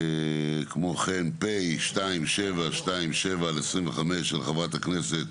כמו כן פ/2727/25 של חברת הכנסת